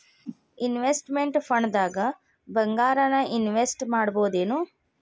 Investment ಫಂಡ್ದಾಗ್ ಭಂಗಾರಾನ invest ಮಾಡ್ಬೊದೇನು?